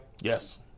Yes